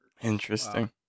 Interesting